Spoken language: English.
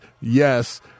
yes